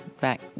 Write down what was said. back